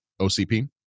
OCP